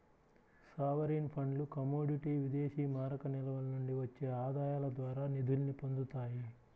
sovereign ఫండ్లు commodity విదేశీమారక నిల్వల నుండి వచ్చే ఆదాయాల ద్వారా నిధుల్ని పొందుతాయి